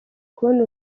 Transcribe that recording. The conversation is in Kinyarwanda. kubona